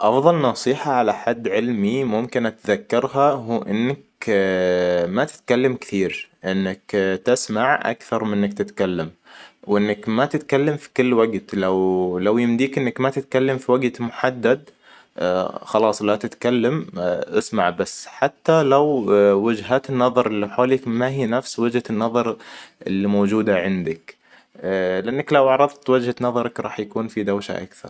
أفضل نصيحة على حد علمي ممكن اتذكرها هو إنك ما تتكلم كثير إنك تسمع اكثر من إنك تتكلم وإنك ما تتكلم في كل وقت لو- لو يمديك إنك ما تتكلم في وقت محدد خلاص لا تتكلم إسمع بس حتى لو وجهات النظر اللي حولك ما هي نفس وجهة النظر اللي موجودة عندك. لإنك لو عرفت وجهة نظرك راح يكون في دوشة اكثر